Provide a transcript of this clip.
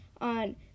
on